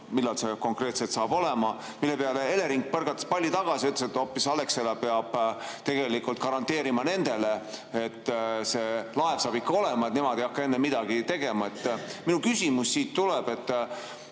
millal see konkreetselt saab olema. Selle peale Elering põrgatas palli tagasi ja ütles, et hoopis Alexela peab garanteerima nendele, et see laev saab ikka olema, nemad ei hakka enne midagi tegema. Minu küsimus tuleb